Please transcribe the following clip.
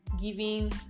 giving